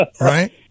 Right